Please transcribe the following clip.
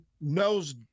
knows